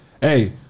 Hey